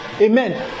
Amen